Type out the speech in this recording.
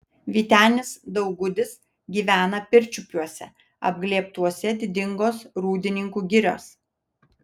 vytenis daugudis gyvena pirčiupiuose apglėbtuose didingos rūdininkų girios